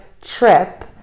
trip